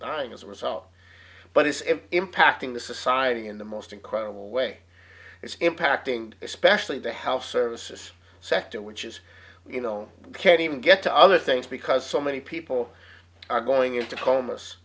dying as a result but is it impacting the society in the most incredible way it's impacting especially the health services sector which is you know can't even get to other things because so many people are going into